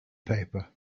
paper